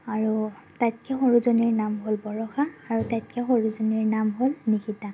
আৰু তাইতকৈ সৰু জনীৰ নাম হ'ল বৰষা আৰু তাইকৈ সৰু জনীৰ নাম হ'ল নিকিতা